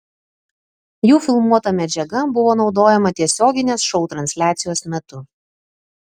jų filmuota medžiaga buvo naudojama tiesioginės šou transliacijos metu